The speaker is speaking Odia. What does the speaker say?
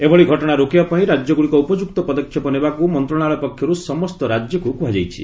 ଏଭଳି ଘଟଣା ରୋକିବା ପାଇଁ ରାଜ୍ୟଗୁଡ଼ିକ ଉପଯୁକ୍ତ ପଦକ୍ଷେପ ନେବାକୁ ମନ୍ତ୍ରଣାଳୟ ପକ୍ଷରୁ ସମସ୍ତ ରାଜ୍ୟକୁ କୁହାଯାଇଛି